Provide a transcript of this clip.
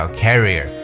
carrier